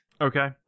Okay